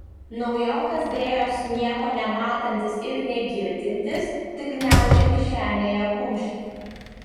naujokas dėjosi nieko nematantis ir negirdintis tik gniaužė kišenėje kumštį